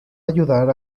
ayudar